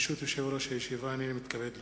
ברשות יושב-ראש הישיבה, הנני מתכבד להודיע,